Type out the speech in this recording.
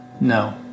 No